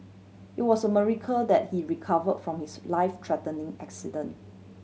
it was a miracle that he recover from his life threatening accident